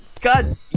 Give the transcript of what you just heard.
God